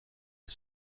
les